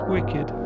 Wicked